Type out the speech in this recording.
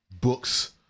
books